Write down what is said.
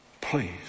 Please